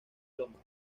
lomas